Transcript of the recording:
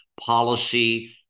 policy